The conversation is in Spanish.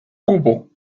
cubo